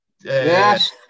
Yes